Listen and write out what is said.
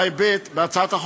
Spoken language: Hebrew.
בהצעת החוק,